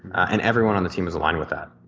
and everyone on the team is aligned with that.